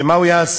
שמה הוא יעשה?